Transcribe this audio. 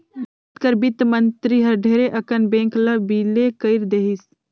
भारत कर बित्त मंतरी हर ढेरे अकन बेंक ल बिले कइर देहिस